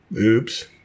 oops